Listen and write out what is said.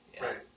Right